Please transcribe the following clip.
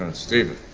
and steven.